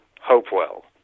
Hopewell